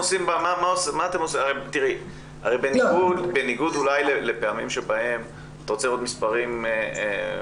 הרי בניגוד אולי לפעמים שבהם אתה רוצה לראות מספרים נמוכים,